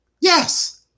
Yes